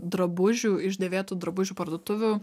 drabužių iš dėvėtų drabužių parduotuvių